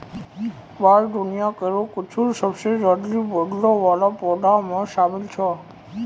बांस दुनिया केरो कुछ सबसें जल्दी बढ़ै वाला पौधा म शामिल छै